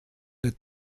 der